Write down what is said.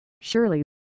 Surely